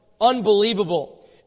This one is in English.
Unbelievable